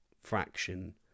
fraction